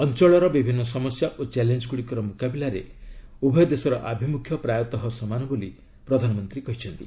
ଅଞ୍ଚଳର ବିଭିନ୍ନ ସମସ୍ୟା ଓ ଚ୍ୟାଲେଞ୍ଗୁଡ଼ିକର ମୁକାବିଲାରେ ଉଭୟ ଦେଶର ଆଭିମୁଖ୍ୟ ପ୍ରାୟତଃ ସମାନ ବୋଲି ପ୍ରଧାନମନ୍ତ୍ରୀ କହିଛନ୍ତି